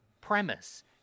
premise